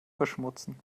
verschmutzen